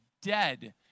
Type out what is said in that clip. dead